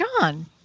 John